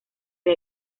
que